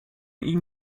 ihm